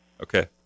Okay